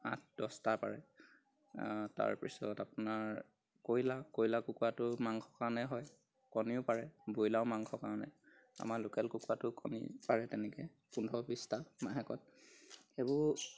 আঠ দহটা পাৰে তাৰপিছত আপোনাৰ কইলাৰ কইলাৰ কুকুৰাটো মাংসৰ কাৰণে হয় কণীও পাৰে ব্ৰইলাৰো মাংসৰ কাৰণে আমাৰ লোকেল কুকুৰাটো কণী পাৰে তেনেকৈ পোন্ধৰ বিছটা মাহেকত সেইবোৰ